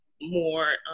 more